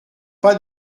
pas